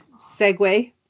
segue